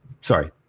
sorry